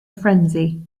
frenzy